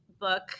book